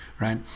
right